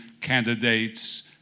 candidates